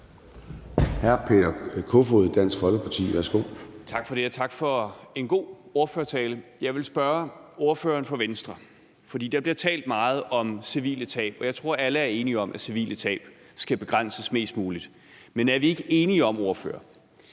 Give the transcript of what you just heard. Hr. Peter Kofod, Dansk Folkeparti. Værsgo. Kl. 23:39 Peter Kofod (DF): Tak for det, og tak for en god ordførertale. Der bliver talt meget om civile tab, og jeg tror, at alle er enige om, at civile tab skal begrænses mest muligt. Men er vi, ordfører,